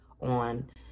on